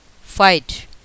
fight